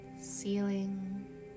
ceiling